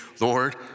Lord